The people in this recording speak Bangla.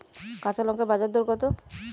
কাঁচা লঙ্কার বাজার দর কত?